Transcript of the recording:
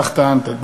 כך טענת.